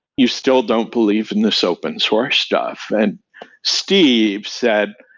you still don't believe and this open source stuff. and steve said,